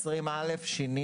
בסעיף 20א שינינו,